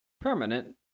Permanent